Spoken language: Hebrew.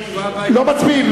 לא מצביעים.